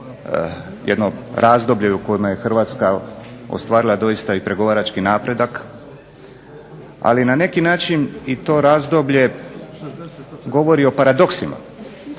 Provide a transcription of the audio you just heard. jedno razdoblje u kojem je Hrvatska ostvarila doista pregovarački napredak, ali na neki način i to razdoblje govori o paradoksima